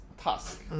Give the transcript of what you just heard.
Task